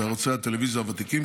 וערוצי הטלוויזיה הוותיקים,